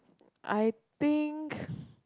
I think